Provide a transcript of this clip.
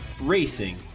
racing